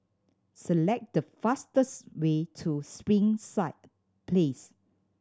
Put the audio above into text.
select the fastest way to Springside Place